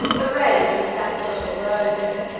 arrayed in his sacerdotal robes,